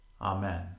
Amen